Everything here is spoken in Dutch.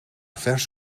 vers